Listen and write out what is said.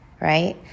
right